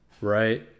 right